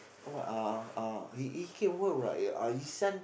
uh uh he he can work right uh his son